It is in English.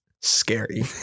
scary